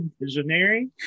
visionary